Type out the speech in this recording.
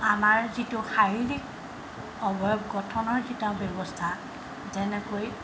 আমাৰ যিটো শাৰীৰিক অৱয়ব গঠনৰ যিটো ব্যৱস্থা যেনেকৈ